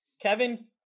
kevin